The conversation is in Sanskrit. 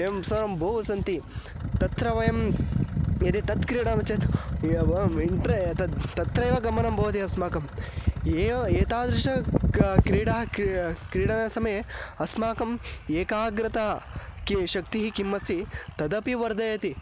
एवं सर्वं बहु सन्ति तत्र वयं यदि तत् क्रीडामि चेत् तत् तत्रैव गमनं भवति अस्माकं एव एतादृशः क क्रीडाः क्री क्रीडनसमये अस्माकम् एकाग्रता किं शक्तिः किम् अस्ति तदपि वर्धयति